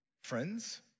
friends